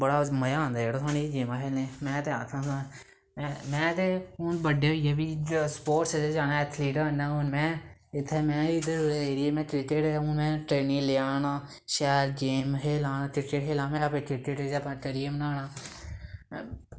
बड़ा मज़ा आंदा यरो सानू एह् गेमां खेलने में ते आखगा में ते हून बड्डे होइयै बी स्पोर्टस च जाना ऐ ऐथलीट बनना हून में इत्थें में इत्थै इद्धर एरिये में क्रिकेट हून में ट्रेनी लेआ ना शैल गेम खेला ना क्रिकेट खेला ना में अपना क्रिकेट च कैरियर बनाना